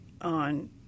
on